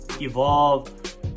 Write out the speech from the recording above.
evolve